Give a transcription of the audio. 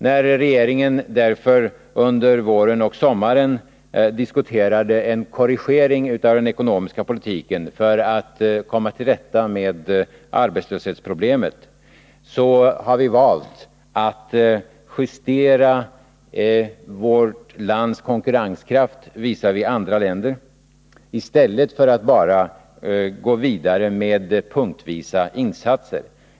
När regeringen därför under våren och sommaren diskuterade en korrigering av den ekonomiska politiken för att komma till rätta med arbetslöshetsproblemet, valde vi att justera vårt lands konkurrenskraft visavi andra länders i stället för att bara gå vidare med punktvisa insatser.